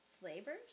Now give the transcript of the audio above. flavors